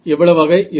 எவ்வளவாக இருக்கும்